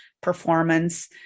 performance